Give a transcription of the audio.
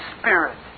Spirit